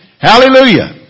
Hallelujah